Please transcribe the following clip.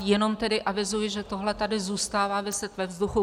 Jenom tedy avizuji, že tohle tady zůstává viset ve vzduchu.